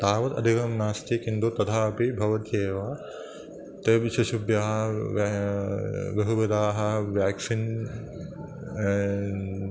तावत् अधिकं नास्ति किन्तु तथापि भवत्येव तेभिः शिशुभ्यः व्या बहुविधाः व्याक्सिन्